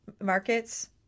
markets